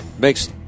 Makes